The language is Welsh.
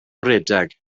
redeg